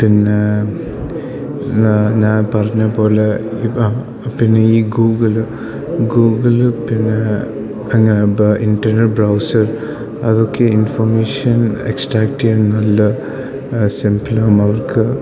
പിന്നെ ഞാൻ പറഞ്ഞത് പോലെ ഇപ്പം പിന്നെ ഈ ഗൂഗിള് ഗൂഗിള് പിന്നെ അങ്ങനെ ഇപ്പം ഇന്റർനെറ്റ് ബ്രൗസർ അതൊക്കെ ഇൻഫോർമേഷൻ എക്സ്ട്രാക്റ്റ് ചെയ്യാന് നല്ല സിംപിളും അവർക്ക്